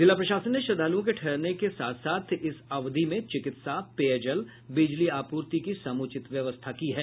जिला प्रशासन ने श्रद्धालुओं के ठहरने के साथ साथ इस अवधि में चिकित्सा पेयजल बिजली आपूर्ति की समुचित व्यवस्था की है